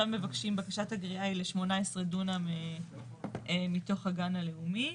בקשת הגריעה היא לשמונה עשר דונם מתוך הגן הלאומי,